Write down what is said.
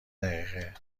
دقیقه